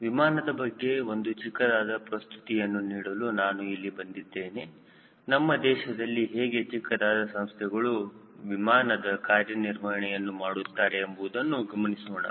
ವಿಮಾನದ ಬಗ್ಗೆ ಒಂದು ಚಿಕ್ಕದಾದ ಪ್ರಸ್ತುತಿಯನ್ನು ನೀಡಲು ನಾನು ಇಲ್ಲಿ ಬಂದಿದ್ದೇನೆ ನಮ್ಮ ದೇಶದಲ್ಲಿ ಹೇಗೆ ಚಿಕ್ಕದಾದ ಸಂಸ್ಥೆಗಳು ವಿಮಾನದ ಕಾರ್ಯನಿರ್ವಹಣೆಯನ್ನು ಮಾಡುತ್ತಾರೆ ಎಂಬುದನ್ನು ಗಮನಿಸೋಣ